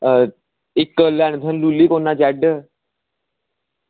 इक्क लुलीफोर्ड जेड